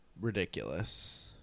ridiculous